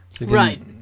Right